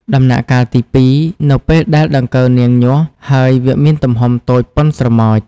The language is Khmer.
ដំណាក់កាលទី២ នៅពេលដែលដង្កូវនាងញាស់ហើយ វាមានទំហំតូចប៉ុនស្រមោច។